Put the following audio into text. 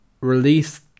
release